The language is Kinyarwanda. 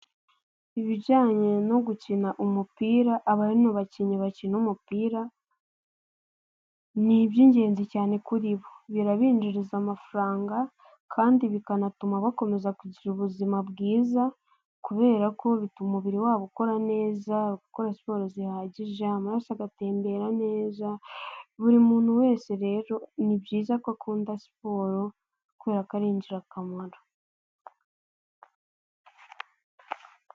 Ibijyanye no gukina umupira aba ari mu bakinnyi bakina umupira, ni iby'ingenzi cyane kuri bo, birabinjiriza amafaranga kandi bikanatuma bakomeza kugira ubuzima bwiza kubera ko bituma umubiri wabo ukora neza, gukora siporo zihagije, amaraso agatembera neza, buri muntu wese rero ni byiza ko akunda siporo kubera ko ari ingirakamaro.